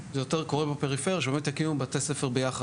זה יותר קורה בפריפריה, שבאמת הקימו בתי ספר ביחד.